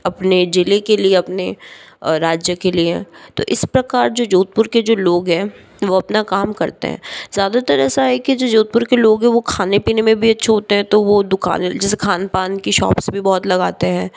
अपने जिले के लिए अपने अपने राज्य के लिए तो इस प्रकार जो जोधपुर के जो लोग है वो अपना काम करते है ज़्यादातर ऐसा है कि जो जोधपुर के जो लोग हैं वो खाने पीने में भी अच्छे होते हैं तो वो दुकान जैसे खान पान की शॉप्स भी बहुत लगाते हैं